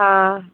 ആ